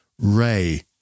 Ray